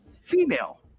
female